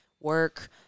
work